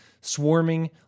swarming